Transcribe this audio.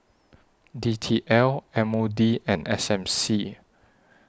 D T L M O D and S M C